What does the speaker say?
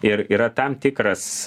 ir yra tam tikras